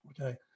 okay